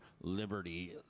Liberty